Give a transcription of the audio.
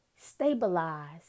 stabilize